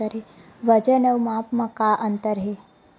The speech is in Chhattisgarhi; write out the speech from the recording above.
वजन अउ माप म का अंतर हे?